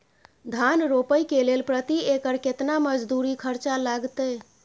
धान रोपय के लेल प्रति एकर केतना मजदूरी खर्चा लागतेय?